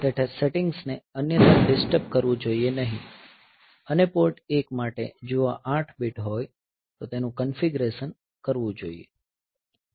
તે સેટિંગ્સને અન્યથા ડીસ્ટર્બ કરવું જોઈએ નહીં અને પોર્ટ 1 માટે જો આ 8 બીટ હોય તો તેનું કન્ફીગરેશન હોવું જોઈએ